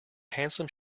handsome